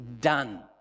done